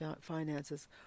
finances